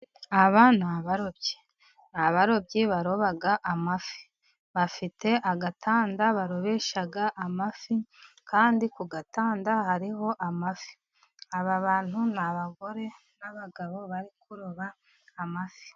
Aba ni abarobyi. Ni abarobyi baroba amafi， bafite agatanda barobesha amafi， kandi ku gatanda hariho amafi. Aba bantu ni abagore n’abagabo bari kuroba amafi.